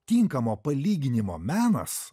tinkamo palyginimo menas